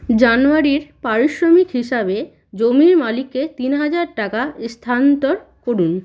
জানুয়ারির পারিশ্রমিক হিসাবে জমির মালিককে তিন হাজার টাকা স্থানান্তর করুন